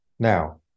Now